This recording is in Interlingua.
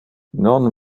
non